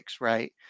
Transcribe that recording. right